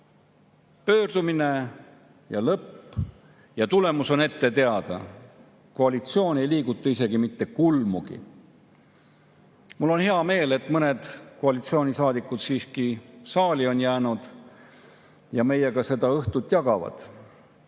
pöördumine ja siis ongi lõpp. Tulemus on ette teada: koalitsioon ei liiguta mitte kulmugi. Mul on hea meel, et mõned koalitsioonisaadikud on siiski saali jäänud ja meiega seda õhtut vahetult